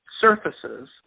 surfaces